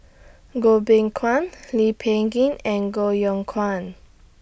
Goh Beng Kwan Lee Peh Gee and Koh Yong Guan